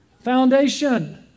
foundation